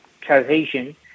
cohesion